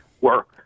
work